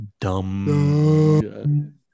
dumb